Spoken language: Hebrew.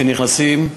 כשנכנסים,